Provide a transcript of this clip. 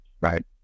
Right